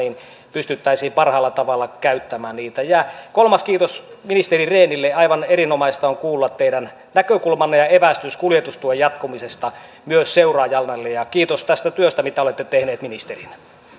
pystyttäisiin parhaalla tavalla käyttämään niitä kolmas kiitos ministeri rehnille aivan erinomaista on kuulla teidän näkökulmanne ja evästyksenne kuljetustuen jatkumisesta myös seuraajallenne kiitos tästä työstä mitä olette tehnyt ministerinä